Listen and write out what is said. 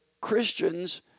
Christians